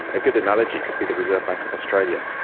a good analogy could be the reserve bank of australia.